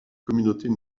communautés